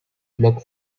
block